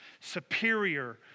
superior